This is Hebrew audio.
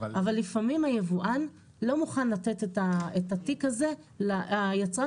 אבל לפעמים היצרן לא מוכן לתת את התיק הזה ליבואן.